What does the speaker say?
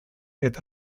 eta